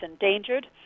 endangered